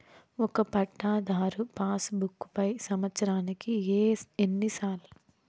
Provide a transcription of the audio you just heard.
ఒక పట్టాధారు passbook పై సంవత్సరానికి ఎన్ని సార్లు లోను తీసుకోవచ్చు?